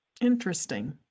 Interesting